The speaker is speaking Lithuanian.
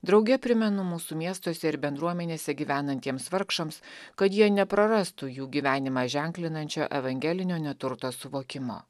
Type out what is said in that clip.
drauge primenu mūsų miestuose ir bendruomenėse gyvenantiems vargšams kad jie neprarastų jų gyvenimą ženklinančio evangelinio neturto suvokimo